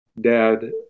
Dad